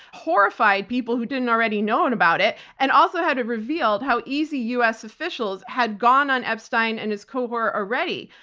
horrified people who didn't already know and about it and also had to be revealed how easy us officials had gone on epstein and his cohort already.